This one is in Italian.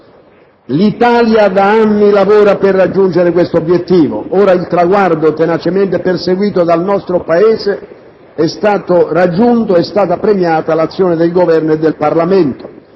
L'Italia da anni lavora per raggiungere questo obiettivo. Ora, il traguardo tenacemente perseguito dal nostro Paese è stato raggiunto; è stata premiata l'azione del Governo e del Parlamento.